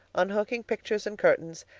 unhooking pictures and curtains,